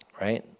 right